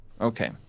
Okay